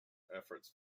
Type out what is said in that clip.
efforts